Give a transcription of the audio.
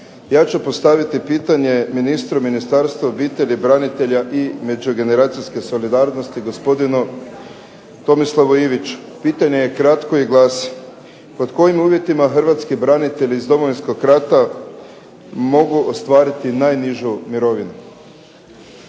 Ja ću postaviti pitanje ministru Ministarstva obitelji, branitelja i međugeneracijske solidarnosti gospodinu Tomislavu Iviću. Pitanje je kratko i glasi: pod kojim uvjetima hrvatski branitelji iz Domovinskog rata mogu ostvariti najnižu mirovinu?